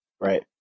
Right